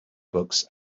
books